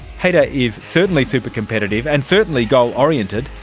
hayder is certainly super-competitive and certainly goal oriented,